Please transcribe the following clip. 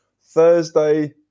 Thursday